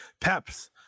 Peps